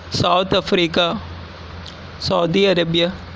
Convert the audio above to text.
South Africa Saudi Arabia